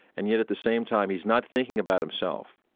and yet, at the same time, he's not thinking about himself.